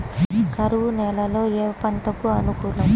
కరువు నేలలో ఏ పంటకు అనుకూలం?